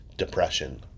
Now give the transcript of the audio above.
depression